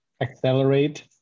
accelerate